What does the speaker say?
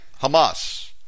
Hamas